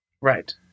Right